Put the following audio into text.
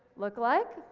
lookalike?